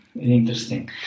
interesting